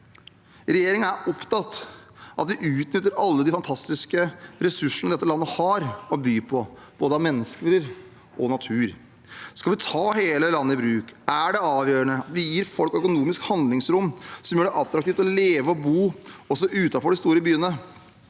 Regjeringen er opptatt av at vi utnytter alle de fantastiske ressursene dette landet har å by på, både mennesker og natur. Skal vi ta hele landet i bruk, er det avgjørende at vi gir folk økonomisk handlingsrom som gjør det attraktivt å leve og bo også utenfor de store byene.